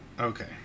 Okay